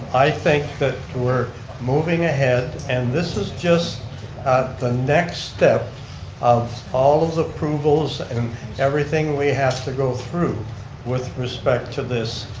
i think that we're moving ahead and this is just the next step of all of the approvals and everything we have to go through with respect to this,